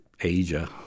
Asia